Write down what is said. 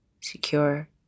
secure